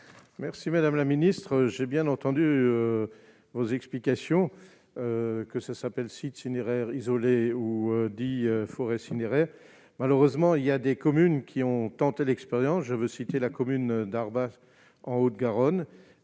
Merci madame la ministre, j'ai bien entendu vos explications que ça s'appelle site funéraires isolé ou forêt funéraire, malheureusement, il y a des communes qui ont tenté l'expérience, je veux citer la commune d'Arbas en Haute-Garonne